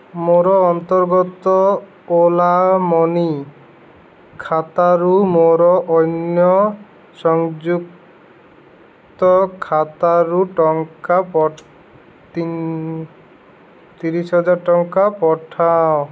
ମୋର ଅନ୍ତର୍ଗତ ଓଲା ମନି ଖାତାରୁ ମୋର ଅନ୍ୟ ସଂଯୁକ୍ତ ଖାତାକୁ ଟଙ୍କା ତିନ ତିରିଶହଜାର ଟଙ୍କା ପଠାଅ